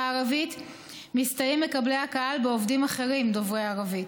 הערבית מסתייעים מקבלי הקהל בעובדים אחרים דוברי ערבית.